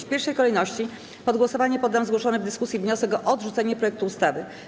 W pierwszej kolejności pod głosowanie poddam zgłoszony w dyskusji wniosek o odrzucenie projektu ustawy.